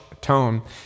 tone